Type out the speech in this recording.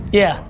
yeah,